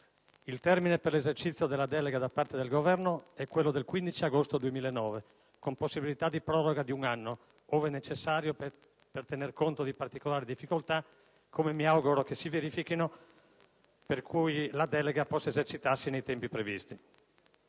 Il termine per l'esercizio della delega da parte del Governo è quello del 15 agosto 2009, con possibilità di proroga di un anno, «ove necessario per tener conto di particolari difficoltà», che mi auguro non si verifichino, per cui la delega possa esercitarsi nei tempi previsti.